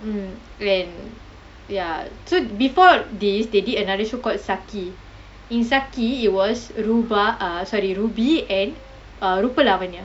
mm and ya so before this they did another show called saki in saki it was ruba err sorry ruby and rupa lavanya